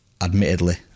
admittedly